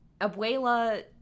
Abuela